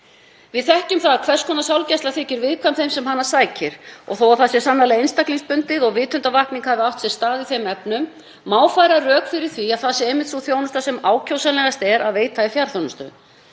Við þekkjum það að hvers konar sálgæsla þykir viðkvæm þeim sem hana sækir og þó að það sé sannarlega einstaklingsbundið og vitundarvakning hafi átt sér stað í þeim efnum má færa rök fyrir því að það sé einmitt sú þjónusta sem ákjósanlegast er að veita í fjarþjónustu,